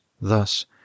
thus